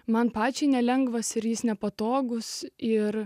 man pačiai nelengvas ir jis nepatogūs ir